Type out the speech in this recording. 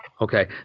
Okay